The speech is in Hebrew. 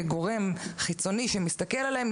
כגורם חיצוני שמסתכל עליהם,